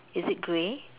is it grey